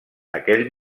aquell